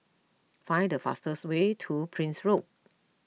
find the fastest way to Prince Road